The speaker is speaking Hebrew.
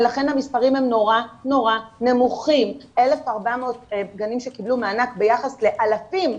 ולכן המספרים הם נורא נמוכים 1,400 גנים שקיבלו מענק ביחס לאלפים.